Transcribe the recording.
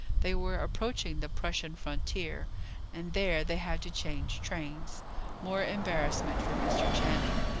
they were approaching the prussian frontier and there they had to change trains more embarrassment for mr. channing.